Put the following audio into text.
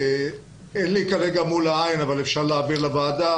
אין לי כרגע מול עיניי אבל אפשר להעביר לוועדה,